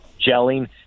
gelling